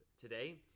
today